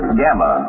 gamma